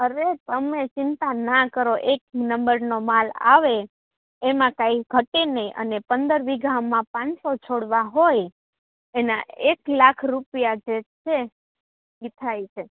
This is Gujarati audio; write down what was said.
અરે તમે ચિંતા ના કરો એક નંબરનો માલ આવે એમાં કાંઈ ઘટે નહીં અને પંદર વીઘામાં પાંચસો છોડવા હોય એના એક લાખ રૂપિયા જે છે એ થાય છે